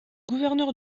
gouverneur